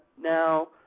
Now